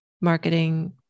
marketing